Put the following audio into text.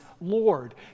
Lord